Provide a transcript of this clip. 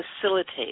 facilitate